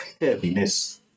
heaviness